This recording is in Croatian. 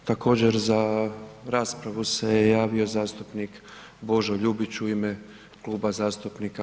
U također za raspravu se javio zastupnik Božo Ljubić u ime Kluba zastupnika